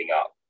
up